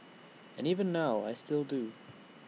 and even now I still do